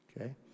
Okay